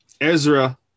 Ezra